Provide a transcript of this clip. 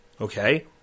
Okay